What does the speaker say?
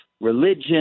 religion